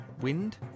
wind